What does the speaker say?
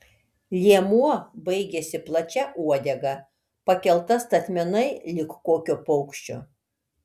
liemuo baigėsi plačia uodega pakelta statmenai lyg kokio paukščio